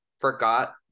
forgot